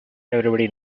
everybody